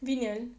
vinyl